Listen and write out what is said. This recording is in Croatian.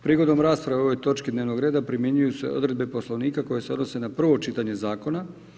Prigodom rasprave o ovoj točki dnevnog reda primjenjuju se odredbe Poslovnika koje se odnose na prvo čitanje zakona.